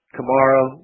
Tomorrow